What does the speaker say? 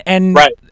Right